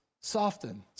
soften